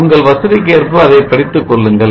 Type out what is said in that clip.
உங்கள் வசதிக்கு ஏற்ப அதைப் படித்துக் கொள்ளுங்கள்